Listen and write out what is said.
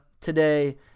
today